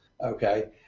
okay